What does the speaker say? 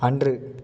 அன்று